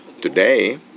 Today